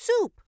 soup